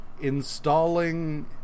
Installing